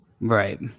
Right